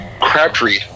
Crabtree